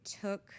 took